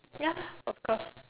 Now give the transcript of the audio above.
ya of course